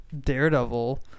Daredevil